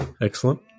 Excellent